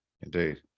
indeed